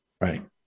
right